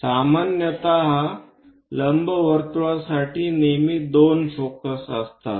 सामान्यत लंबवर्तुळासाठी नेहमी २ फोकस असतात